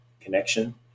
connection